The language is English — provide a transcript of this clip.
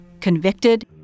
convicted